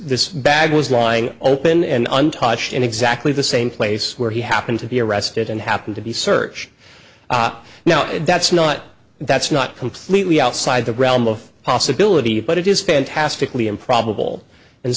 bag was lying open and untouched in exactly the same place where he happened to be arrested and happened to be search now that's not that's not completely outside the realm of possibility but it is fantastically improbable and